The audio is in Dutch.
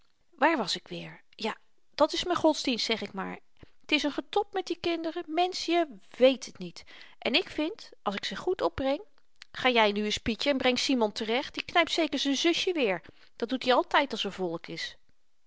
waar was ik weer ja dat is m'n godsdienst zeg ik maar t is n getob met die kinderen mensch je wéét t niet en ik vind als ik ze goed opbreng ga jy nu ns pietje en breng simon terecht die knypt zeker z'n zussie weer dat doet i altyd als r volk is